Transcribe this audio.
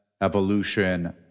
evolution